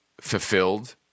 fulfilled